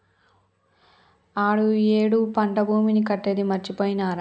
ఆడు ఈ ఏడు పంట భీమాని కట్టేది మరిచిపోయినారా